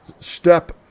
step